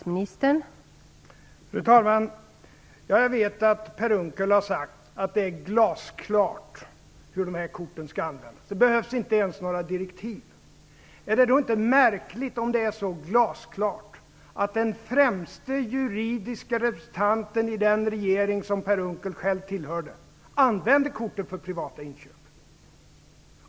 Fru talman! Jag vet att Per Unckel har sagt att det är glasklart hur de här korten skall användas. Det behövs inte ens några direktiv. Är det då inte märkligt - om det är så glasklart - att den främsta juridiska representanten i den regering som Per Unckel själv tillhörde använde korten för privata inköp?